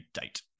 date